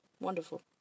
Wonderful